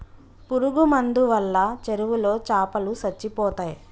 పురుగు మందు వాళ్ళ చెరువులో చాపలో సచ్చిపోతయ్